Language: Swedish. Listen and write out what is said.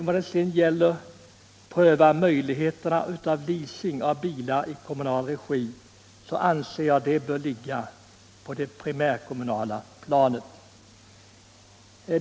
Vad gäller möjligheten att pröva leasing av bilar i kommunal regi anser jag att det bör ligga på det primärkommunala planet.